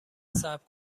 صبر